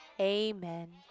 Amen